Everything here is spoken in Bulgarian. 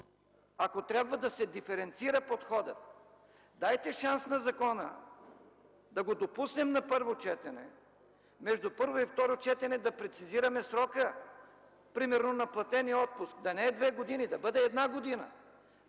ако трябва да се диференцира подходът, дайте шанс на закона да го допуснем на първо четене. Между първо и второ четене да прецизираме срока, примерно на платения отпуск – да не е две години, да бъде една година.